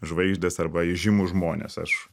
žvaigždės arba įžymūs žmonės aš